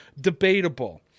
debatable